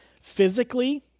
physically